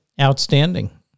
Outstanding